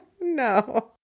No